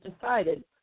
decided